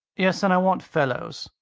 yes and i want fellows.